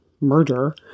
murder